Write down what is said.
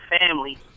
family